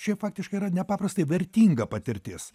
čia faktiškai yra nepaprastai vertinga patirtis